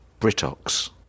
britox